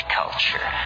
culture